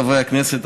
חברי הכנסת,